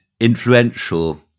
influential